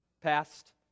past